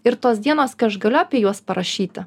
ir tos dienos kai aš galiu apie juos parašyti